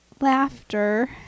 laughter